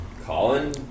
Colin